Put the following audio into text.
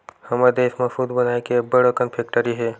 हमर देस म सूत बनाए के अब्बड़ अकन फेकटरी हे